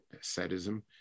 sadism